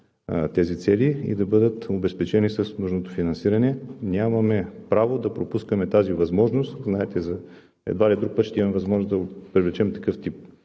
тези цели и да бъдат обезпечени с нужното финансиране. Нямаме право да пропускаме тази възможност. Знаете, едва ли друг път ще имаме възможност да привлечем такъв тип